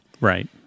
Right